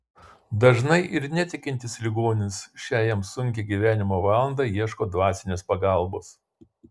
dažnai ir netikintis ligonis šią jam sunkią gyvenimo valandą ieško dvasinės pagalbos